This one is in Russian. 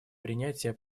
принятия